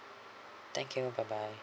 thank you bye bye